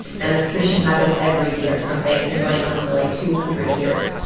and this tradition happens every year. some say it's been going on for, like, two hundred years.